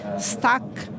stuck